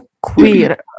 queer